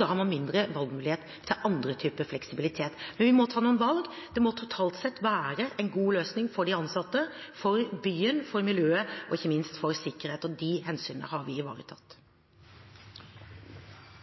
Da har man mindre valgmulighet til annen type fleksibilitet. Men vi må ta noen valg. Det må totalt sett være en god løsning for de ansatte, for byen, for miljøet og ikke minst for sikkerheten. De hensynene har vi ivaretatt.